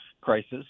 crisis